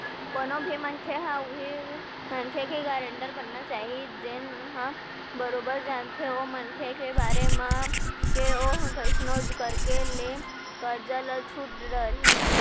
कोनो भी मनखे ह उहीं मनखे के गारेंटर बनना चाही जेन ह बरोबर जानथे ओ मनखे के बारे म के ओहा कइसनो करके ले करजा ल छूट डरही